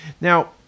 Now